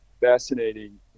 fascinating